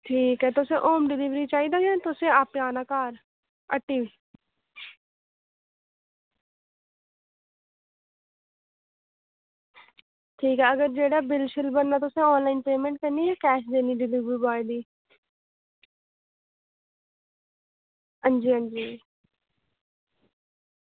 ठीक ऐ तुस होम डिलीवरी चाहिदा जां तुसें आपें आना घर हट्टी ठीक ऐ अगर जेह्ड़ा बिल शिल बनना तुसें आनलाइन पेमेंट करनी जां कैश देनी डिलीवरी बाय गी हां जी हां जी